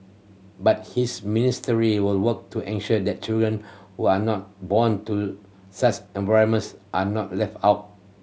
but his ministry will work to ensure that children who are not born to such environments are not left out